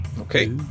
Okay